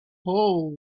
hole